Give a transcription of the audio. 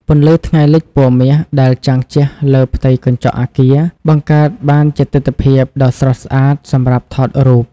ពន្លឺថ្ងៃលិចពណ៌មាសដែលចាំងជះលើផ្ទៃកញ្ចក់អគារ បង្កើតបានជាទិដ្ឋភាពដ៏ស្រស់ស្អាតសម្រាប់ថតរូប។